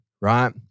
right